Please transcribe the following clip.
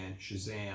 Shazam